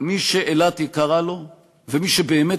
לפתרון שהוא לא מושלם,